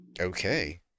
Okay